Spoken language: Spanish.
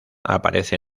aparece